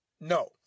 no